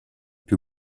più